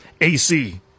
AC